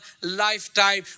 lifetime